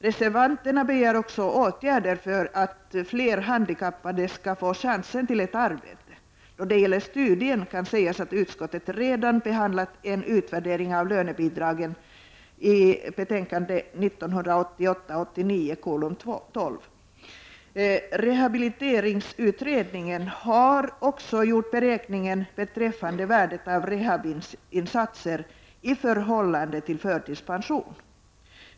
Reservanterna begär även åtgärder, så att fler handikappade skall få chansen till ett arbete. Då det gäller den studien kan sägas att utskottet redan behandlat en utvärdering av lönebidragen, nämligen i betänkande 1988/89:12. Rehabiliteringsutredningen har också gjort beräkningen beträffande värdet av rehab-insatser i förhållande till förtidspension.